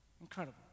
Incredible